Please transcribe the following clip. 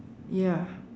ya